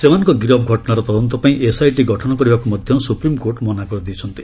ସେମାନଙ୍କ ଗିରଫ ଘଟଣାର ତଦନ୍ତପାଇଁ ଏସ୍ଆଇଟି ଗଠନ କରିବାକୁ ମଧ୍ୟ ସୁପ୍ରିମ୍କୋର୍ଟ ମନା କରିଛନ୍ତି